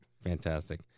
Fantastic